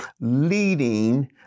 Leading